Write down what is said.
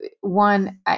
one